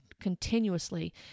continuously